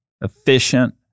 efficient